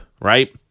right